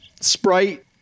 Sprite